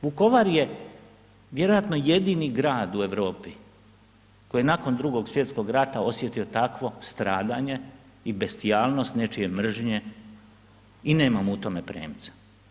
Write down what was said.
Vukovar je vjerojatno jedini grad u Europi koji je nakon Drugog svjetskog rata osjetio takvo stradanje i bestijalnost nečije mržnje i nemamo u tome premca.